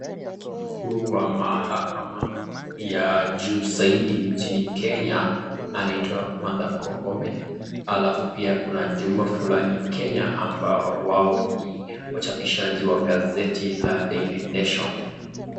Mkuu wa mahakama ya juu zaidi nchini Kenya anaitwa Martha Koome halafu pia kuna jumba fulani Kenya ambao wao huhoji wachapishaji wa gazeti la (cs)daily nation(cs).